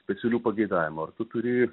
specialių pageidavimų ar tu turi